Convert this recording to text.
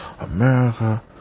America